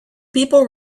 people